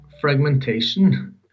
fragmentation